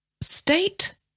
state